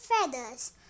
feathers